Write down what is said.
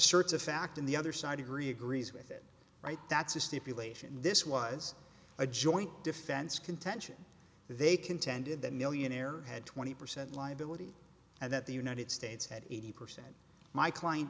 asserts a fact and the other side agree agrees with it right that's a stipulation this was a joint defense contention they contended that millionaire had twenty percent liability and that the united states had eighty percent my client